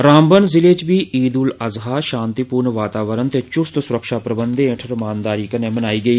रामबन ज़िले च बी ईदुल अजहा शांतिपूर्ण वातावरण ते चुस्त सुरक्षा प्रबंधे ईद रमानदारी कन्नै मनाई गेई